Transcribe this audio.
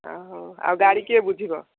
ଆଉ ଆଉ ଗାଡ଼ି କିଏ ବୁଝିବ